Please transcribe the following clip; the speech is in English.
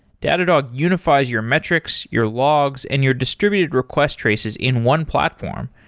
datadog unifies your metrics, your logs and your distributed request traces in one platform,